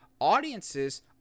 audiences